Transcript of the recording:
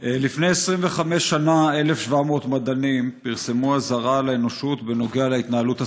לפני 25 שנה 1,700 מדענים פרסמו אזהרה לאנושות בנוגע להתנהלות הסביבתית.